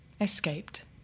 Escaped